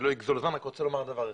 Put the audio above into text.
אני לא אגזול זמן אלא אומר דבר אחד.